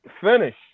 finish